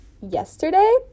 yesterday